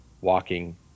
walking